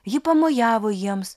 ji pamojavo jiems